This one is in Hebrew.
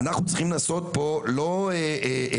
אנחנו צריכים לעשות פה לא תיקון,